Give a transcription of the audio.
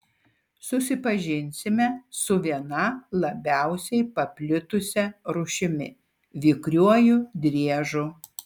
susipažinsime su viena labiausiai paplitusia rūšimi vikriuoju driežu